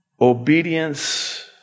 Obedience